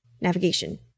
navigation